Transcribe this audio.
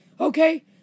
okay